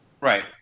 Right